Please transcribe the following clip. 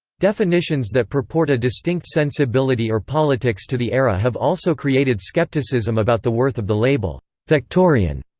definitions that purport a distinct sensibility or politics to the era have also created scepticism about the worth of the label victorian,